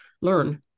learn